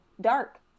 dark